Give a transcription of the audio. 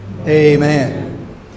Amen